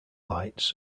lights